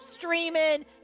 streaming